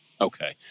Okay